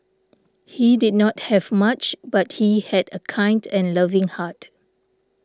he did not have much but he had a kind and loving heart